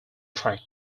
track